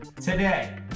today